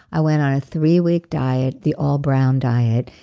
i went on a three week diet, the all brown diet.